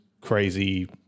crazy